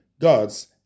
God's